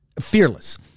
fearless